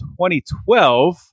2012